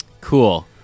Cool